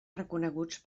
reconeguts